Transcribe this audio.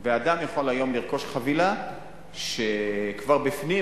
ואדם יכול היום לרכוש חבילה שדמי המנוי כבר בפנים.